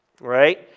right